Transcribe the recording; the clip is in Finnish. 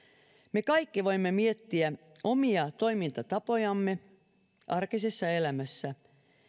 me kaikki voimme miettiä omia toimintatapojamme arkisessa elämässä